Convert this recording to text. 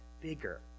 bigger